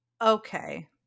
Okay